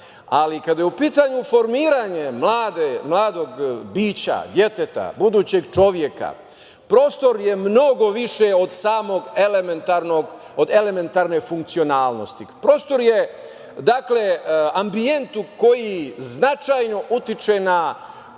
Ali, kada je u pitanju formiranje mladog bića, deteta, budućeg čoveka, prostor je mnogo više od elementarne funkcionalnosti. Prostor je ambijent koji značajno utiče na